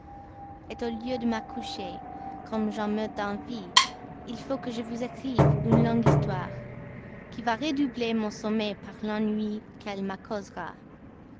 matin au lieu de me coucher comme j'en meurs d'envie il faut que je vous écrive une longue histoire qui va redoubler mon sommeil par l'ennui qu'elle me causera